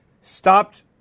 stopped